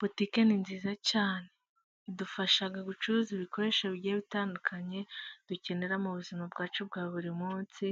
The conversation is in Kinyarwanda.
Botike ni nziza cyane. Idufasha gucuruza ibikoresho bigiye bitandukanye, dukenera mu buzima bwacu bwa buri munsi.